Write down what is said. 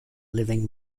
living